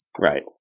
Right